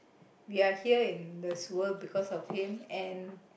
we are here in this world because of him and